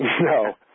No